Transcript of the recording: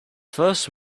first